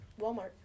Walmart